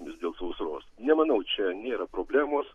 nes dėl sausros nemanau čia nėra problemos